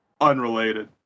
unrelated